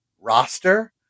roster